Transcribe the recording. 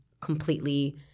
completely